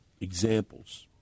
examples